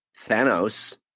Thanos